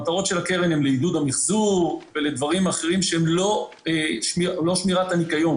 המטרות של הקרן הן עידוד מחזור ועוד דברים שאינם שמירת הניקיון.